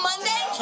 Monday